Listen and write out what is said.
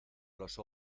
los